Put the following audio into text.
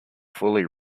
fully